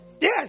Yes